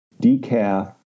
decaf